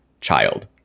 child